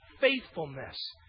faithfulness